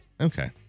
Okay